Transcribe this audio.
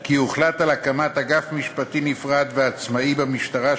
כי הוחלט על הקמת אגף משפטי נפרד ועצמאי במשטרה,